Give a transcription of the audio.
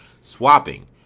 swapping